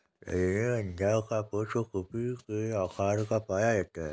रजनीगंधा का पुष्प कुपी के आकार का पाया जाता है